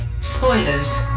Spoilers